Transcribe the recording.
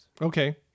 Okay